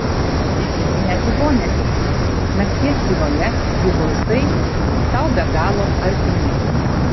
nereikia net į vonią eiti nakties tyloje jų balsai tau be galo artimi